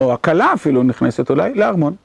או הכלה אפילו נכנסת אולי לארמון.